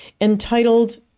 entitled